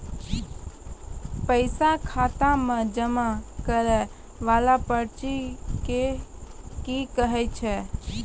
पैसा खाता मे जमा करैय वाला पर्ची के की कहेय छै?